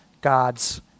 God's